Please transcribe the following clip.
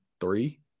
Three